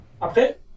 Après